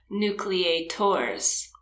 nucleators